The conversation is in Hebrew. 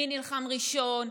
מי נלחם ראשון.